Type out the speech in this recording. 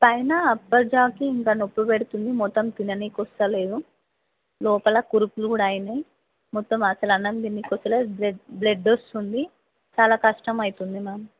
పైన అప్పర్ జాకి ఇంకా నొప్పి పెడుతుంది మొత్తం తిననీకి వస్తలేదు లోపల కురుపులు కూడా అయినాయి మొత్తం అసల అన్నం తిననీకి వస్తలే బ్లడ్ బ్లడ్ వస్తుంది చాలా కష్టం అవుతుంది మ్యామ్